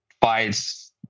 fights